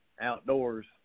outdoors